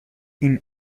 این